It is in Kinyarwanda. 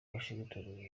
washington